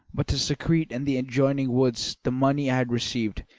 but to secrete in the adjoining woods the money i had received,